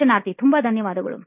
ಸಂದರ್ಶನಾರ್ಥಿ ತುಂಬ ಧನ್ಯವಾದಗಳು